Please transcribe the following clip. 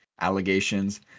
allegations